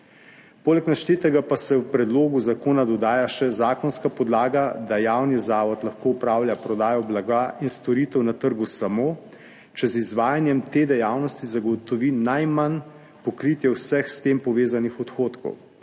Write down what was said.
Poleg naštetega pa se v predlogu zakona dodaja še zakonska podlaga, da javni zavod lahko opravlja prodajo blaga in storitev na trgu samo, če z izvajanjem te dejavnosti zagotovi najmanj pokritje vseh s tem povezanih odhodkov.